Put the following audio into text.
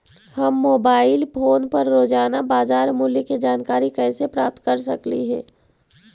हम mobile phone पर रोजाना बाजार मूल्य के जानकारी कैसे प्राप्त कर सकली हे?